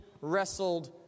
wrestled